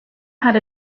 had